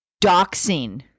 doxing